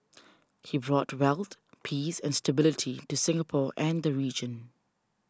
he brought wealth peace and stability to Singapore and the region